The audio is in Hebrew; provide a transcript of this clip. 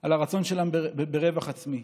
על הרצון שלהם ברווח עצמי.